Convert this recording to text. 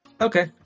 Okay